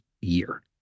year